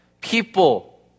people